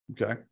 Okay